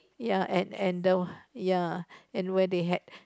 ya and and the ya and where they had